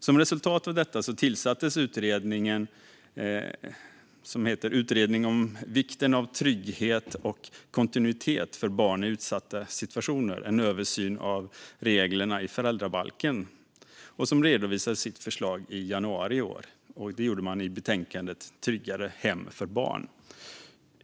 Som resultat av detta tillsattes en utredning som fick namnet Utredningen om vikten av trygghet och kontinuitet för barn i utsatta situationer, som skulle göra en översyn av reglerna i föräldrabalken. Utredningen redovisade sitt förslag i januari i år i betänkandet Tryggare hem för barn .